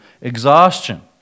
exhaustion